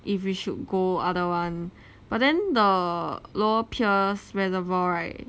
if we should go other one but then the lower pierce reservoir right